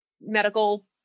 medical